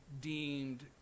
deemed